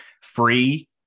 free